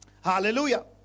Hallelujah